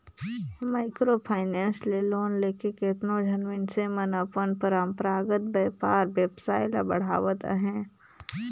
micro finance ले loan लेके केतनो झन मइनसे मन अपन परंपरागत बयपार बेवसाय ल बढ़ावत अहें